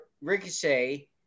Ricochet